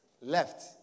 left